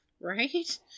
Right